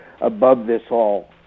above-this-all